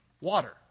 water